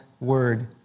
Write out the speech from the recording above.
word